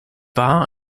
war